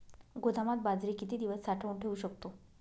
गोदामात बाजरी किती दिवस साठवून ठेवू शकतो?